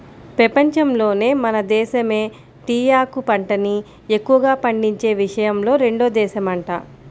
పెపంచంలోనే మన దేశమే టీయాకు పంటని ఎక్కువగా పండించే విషయంలో రెండో దేశమంట